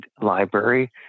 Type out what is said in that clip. library